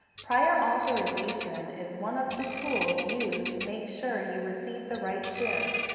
prior authorization is one of the tools used to make sure you receive the right care.